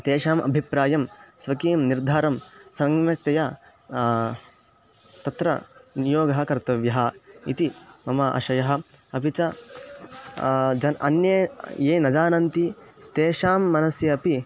तेषाम् अभिप्रायं स्वकीयं निर्धारं सम्यक्तया तत्र नियोगः कर्तव्यः इति मम आशयः अपि च जन् अन्ये ये न जानन्ति तेषां मनसि अपि